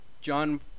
John